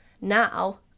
now